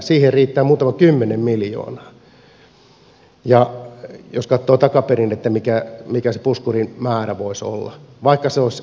siihen riittää muutama kymmenen miljoonaa jos katsoo takaperin mikä se puskurin määrä voisi olla